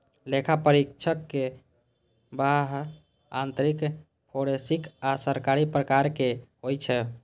लेखा परीक्षक बाह्य, आंतरिक, फोरेंसिक आ सरकारी प्रकारक होइ छै